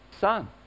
Son